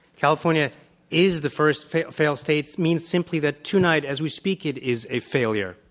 california is the first failed failed state means simply that tonight as we speak it is a failure.